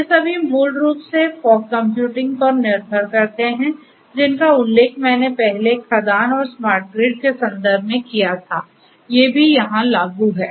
ये सभी मूल रूप से फॉग कंप्यूटिंग पर निर्भर करते हैं जिनका उल्लेख मैंने पहले खदान और स्मार्ट ग्रिड के संदर्भ में किया था ये भी यहां लागू हैं